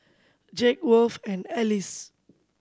Jake Worth and Alyce